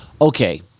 okay